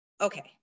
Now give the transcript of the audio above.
Okay